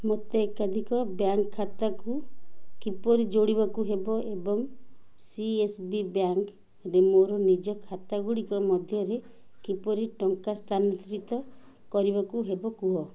ମୋତେ ଏକାଧିକ ବ୍ୟାଙ୍କ୍ ଖାତାକୁ କିପରି ଯୋଡ଼ିବାକୁ ହେବ ଏବଂ ସି ଏସ୍ ବି ବ୍ୟାଙ୍କ୍ରେ ମୋର ନିଜ ଖାତାଗୁଡ଼ିକ ମଧ୍ୟରେ କିପରି ଟଙ୍କା ସ୍ଥାନାନ୍ତରିତ କରିବାକୁ ହେବ କୁହ